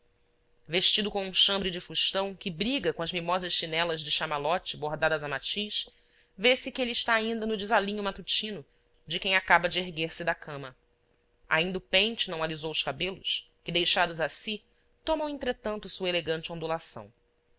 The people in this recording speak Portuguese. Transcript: vestido com um chambre de fustão que briga com as mimosas chinelas de chamalote bordadas a matiz vê-se que ele está ainda no desalinho matutino de quem acaba de erguer-se da cama ainda o pente não alisou os cabelos que deixados a si tomam entretanto sua elegante ondulação